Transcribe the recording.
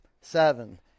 seven